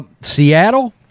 Seattle